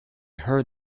heard